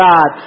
God